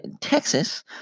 Texas